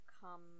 come